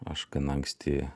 aš gana anksti